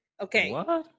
okay